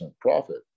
profit